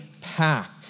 pack